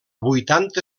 vuitanta